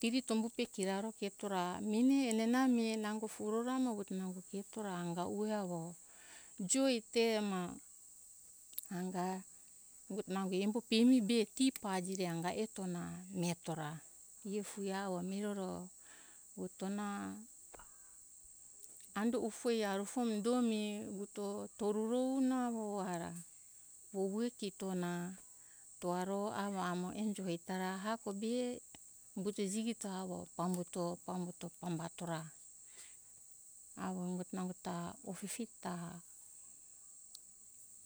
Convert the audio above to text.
Tiri tombu pe kia ra ro keto ra meni enana mi nango puro ra nango keto ra anga ue avo joi te ma anga vuto namo embo pemi be ti pajire anga eto ra na miheto ra ifue avo miroro vuto na ando ufoi na e arufo mi do mi umbuto toro vuro na avo ara vovue kito na to aro avo enjo hoi ta ra hako be umbuto jigito avo pambuto umbuto pambato ra avo ungo ta opipi ta